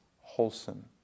wholesome